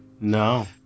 No